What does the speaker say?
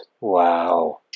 Wow